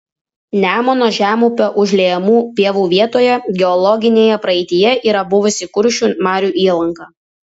nemuno žemupio užliejamų pievų vietoje geologinėje praeityje yra buvusi kuršių marių įlanka